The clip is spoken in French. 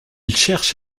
cherche